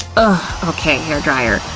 okay, hairdryer!